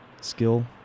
skill